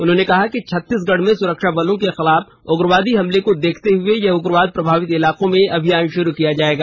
उन्होंने कहा कि छत्तीसगढ़ में सुरक्षाबलों के खिलाफ उग्रवादी हमले को देखते हुए यह उग्रवाद प्रभावित इलाकों में अभियान शुरू किया जाएगा